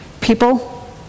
people